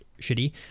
shitty